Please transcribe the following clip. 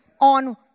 on